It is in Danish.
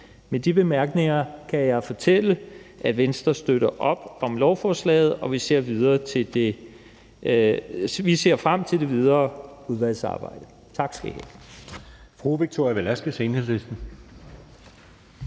Med de bemærkninger kan jeg fortælle, at Venstre støtter op om lovforslaget, og vi ser frem til det videre udvalgsarbejde. Tak. Kl.